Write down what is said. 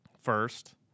first